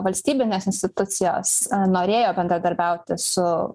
valstybinės institucijos norėjo bendradarbiauti su